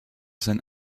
sein